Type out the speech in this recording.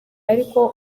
ariko